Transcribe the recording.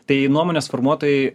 tai nuomonės formuotojai